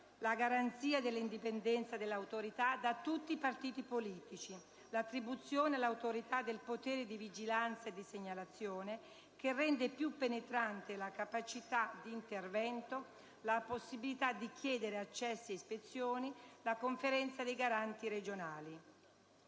la garanzia dell'indipendenza dell'Autorità da tutti i partiti politici; l'attribuzione all'Autorità del potere di vigilanza e di segnalazione, che rende più penetrante la capacità di intervento; la possibilità di chiedere accessi e ispezioni; la Conferenza dei garanti regionali.